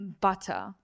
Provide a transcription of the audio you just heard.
butter